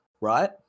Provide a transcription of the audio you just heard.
right